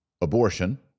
abortion